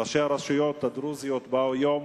ראשי הרשויות הדרוזיות באו היום